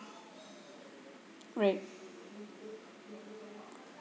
right